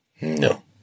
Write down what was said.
No